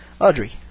Audrey